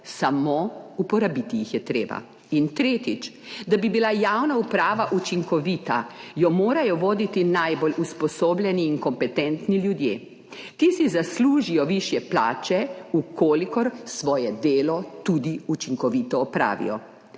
samo uporabiti jih je treba. In tretjič, da bi bila javna uprava učinkovita, jo morajo voditi najbolj usposobljeni in kompetentni ljudje. Ti si zaslužijo višje plače, če svoje delo tudi učinkovito opravijo.